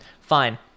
Fine